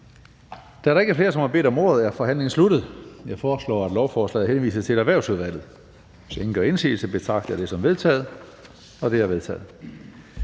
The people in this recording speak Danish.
Da der ikke er flere, som har bedt om ordet, er forhandlingen sluttet. Jeg foreslår, at lovforslaget henvises til Erhvervsudvalget. Hvis ingen gør indsigelse, betragter jeg dette som vedtaget. Det er vedtaget.